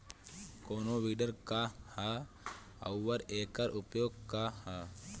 कोनो विडर का ह अउर एकर उपयोग का ह?